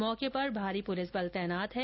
मौके पर भारी पुलिस बल तैनात है